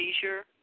seizure